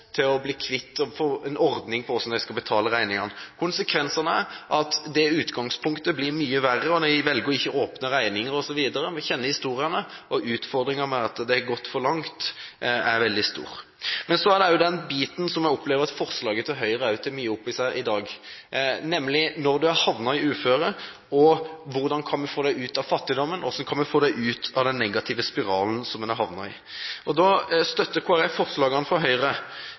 til å få en ordning på hvordan de skal betale regningene. Konsekvensene er at utgangspunktet blir mye verre når de velger å ikke åpne regninger osv. Vi kjenner historiene, og utfordringene ved at de har gått for langt, er veldig store. Så er det også den biten, som jeg opplever at forslaget fra Høyre tar opp i seg i dag, nemlig når en er havnet i uføre – hvordan kan vi få dem ut av fattigdommen, og hvordan kan vi få dem ut av den negative spiralen som de har havnet i? Da støtter Kristelig Folkeparti forslagene fra Høyre.